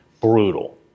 Brutal